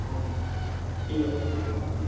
ਓ ਠੀਕ ਆ